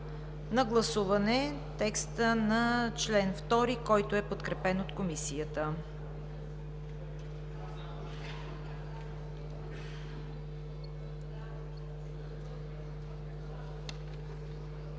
на гласуване текста на чл. 2, който е подкрепен от Комисията.